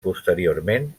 posteriorment